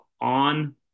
on